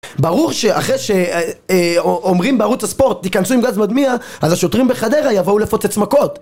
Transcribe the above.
ברור שאחרי שאומרים בערוץ הספורט תיכנסו עם גז מדמיע אז השוטרים בחדרה יבאו לפוצץ מכות